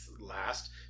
last